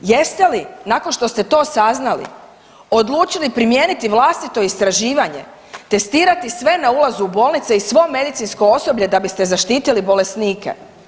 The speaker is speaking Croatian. Jeste li nakon što ste to saznali odlučili primijeniti vlastito istraživanje, testirati sve na ulazu u bolnice i svo medicinsko osoblje da biste zaštitili bolesnike?